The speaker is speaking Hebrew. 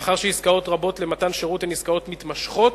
מאחר שעסקאות רבות למתן שירות הן עסקאות מתמשכות,